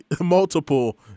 Multiple